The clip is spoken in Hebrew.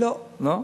לא.